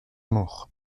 amour